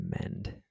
mend